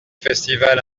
festival